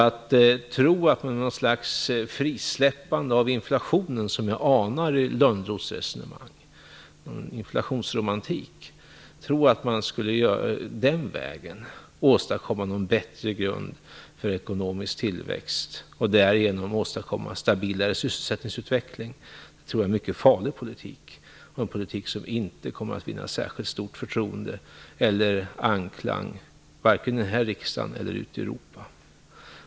Att tro att man genom ett frisläppande av inflationen - en inflationsromantik som jag anar i Lönnroths resonemang - kan åstadkomma en bättre grund för ekonomisk tillväxt och därigenom stabilare sysselsättningsutveckling är en mycket farlig politik. Det är en politik som inte kommer att vinna särskilt stort förtroende eller stor anklang, varken i den här riksdagen eller ute i Europa.